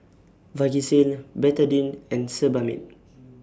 Vagisil Betadine and Sebamed